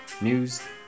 news